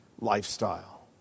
lifestyle